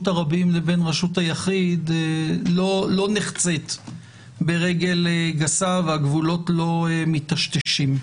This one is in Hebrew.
הרבים לבין רשות היחיד לא נחצה ברגל גסה והגבולות לא מיטשטשים.